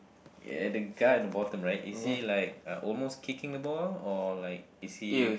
ya the guy at the bottom right is he like v almost kicking the ball or like is he